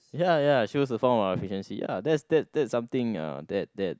ya ya shows the form of our efficiency ya that that that is something uh that that